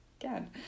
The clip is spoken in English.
Again